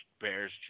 Bears